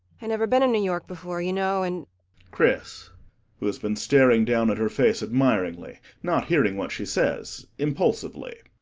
i never been in new york before, you know, and chris who has been staring down at her face admiringly, not hearing what she says impulsively.